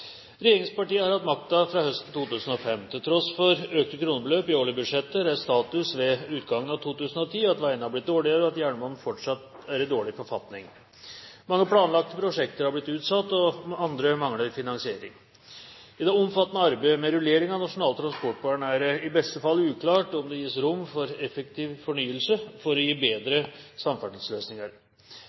tross for økte kronebeløp i årlige budsjetter er status ved utgangen av 2010 at veiene er blitt dårligere, og at jernbanen fortsatt er i dårlig forfatning. Mange planlagte prosjekter er blitt utsatt, og andre mangler finansiering. Samferdsel er viktig for nasjonens verdiskaping og bosetting. Fornyelse innenfor samferdselssektoren forsterker verdiskaping, reduserer avstandsulemper, reduserer transportkostnader, reduserer ulykker, ja rett og slett bedrer livskvaliteten. Derfor er